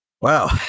Wow